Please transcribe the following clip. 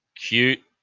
Cute